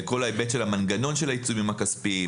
לכל ההיבט של המנגנון של העיצומים הכספיים,